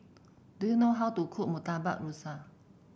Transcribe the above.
do you know how to cook Murtabak Rusa